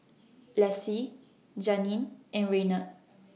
Lessie Janeen and Raynard